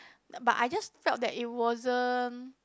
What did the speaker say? but I just felt that it wasn't